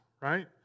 Right